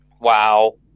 Wow